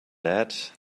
that